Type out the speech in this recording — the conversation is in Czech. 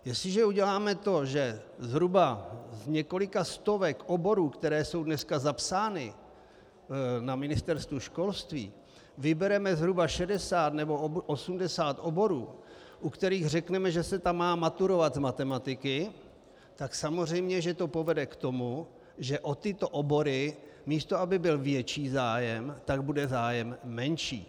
Jestliže uděláme to, že zhruba z několika stovek oborů, které jsou dneska zapsány na Ministerstvu školství, vybereme zhruba 60 nebo 80 oborů, u kterých řekneme, že se tam má maturovat z matematiky, povede to samozřejmě k tomu, že o tyto obory, místo aby byl větší zájem, bude zájem menší.